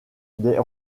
des